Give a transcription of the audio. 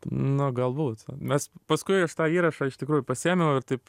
na galbūt mes paskui aš tą įrašą iš tikrųjų pasiėmiau ir taip